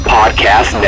Podcast